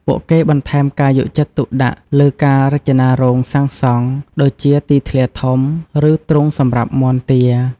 ពួកគេបន្ថែមការយកចិត្តទុកដាក់លើការរចនារោងសាងសង់ ដូចជា ទីធ្លាធំ ឬទ្រុងសម្រាប់មាន់ ទា ។